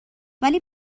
ولی